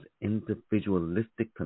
individualistic